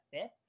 fifth